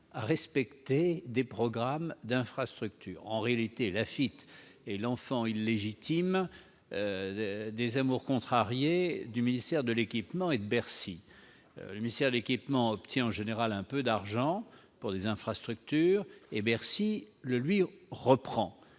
à respecter des programmes d'infrastructure. En réalité, l'AFITF est l'enfant illégitime des amours contrariées du ministère de l'équipement et de Bercy. Le ministère de l'équipement obtient en général un peu d'argent pour des infrastructures, et Bercy le lui reprend.